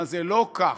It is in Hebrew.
אבל זה לא כך.